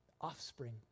offspring